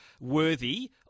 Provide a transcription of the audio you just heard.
worthy